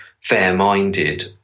fair-minded